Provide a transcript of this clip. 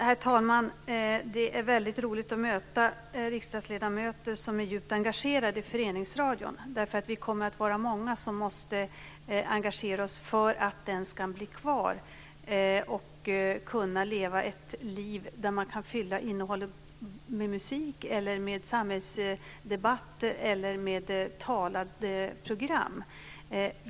Herr talman! Det är roligt att möta riksdagsledamöter som är djupt engagerade i föreningsradion. Vi kommer nämligen att vara många som måste engagera oss för att den ska bli kvar och kunna leva ett liv där man kan fylla innehållet med musik, med samhällsdebatt eller med andra talade program.